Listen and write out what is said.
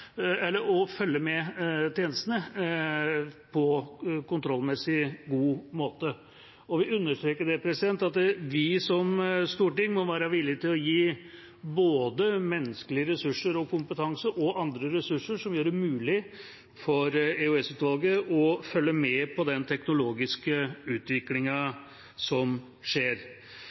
å følge med på tjenestene på en kontrollmessig god måte. Jeg vil understreke at vi, Stortinget, må være villige til å gi både menneskelige ressurser og kompetanse og andre ressurser, som gjør det mulig for EOS-utvalget å følge med på den teknologiske utviklingen som skjer.